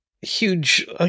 huge –